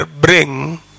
bring